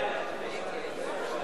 הפקעת זכויות),